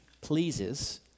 pleases